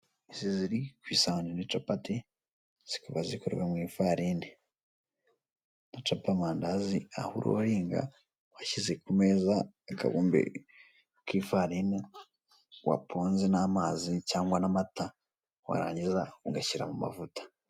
Izi ziri ku isahani ni capati zikaba zikorerwa mu ifararini, ucapa amandazi aho uroringa washyize ku meza agakombe k'ifarini waponze n'amazi cyangwa n'amata warangiza ugashyiramo amavuta.